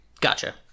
Gotcha